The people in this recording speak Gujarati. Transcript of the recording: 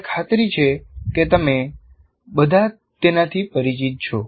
મને ખાતરી છે કે તમે બધા તેનાથી પરિચિત છો